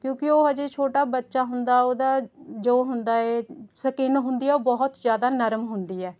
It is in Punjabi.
ਕਿਉਂਕਿ ਉਹ ਹਜੇ ਛੋਟਾ ਬੱਚਾ ਹੁੰਦਾ ਉਹਦਾ ਜੋ ਹੁੰਦਾ ਏ ਸਕਿੱਨ ਹੁੰਦੀ ਹੈ ਉਹ ਬਹੁਤ ਜ਼ਿਆਦਾ ਨਰਮ ਹੁੰਦੀ ਹੈ